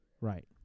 right